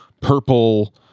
purple